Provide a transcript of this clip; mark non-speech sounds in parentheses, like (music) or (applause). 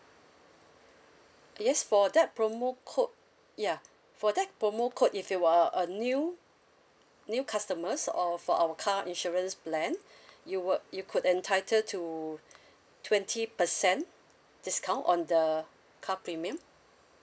uh yes for that promo code ya for that promo code if you are a new new customers or for our car insurance plan (breath) you will you could entitle to (breath) twenty percent discount on the car premium